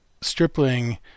stripling